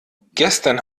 gestern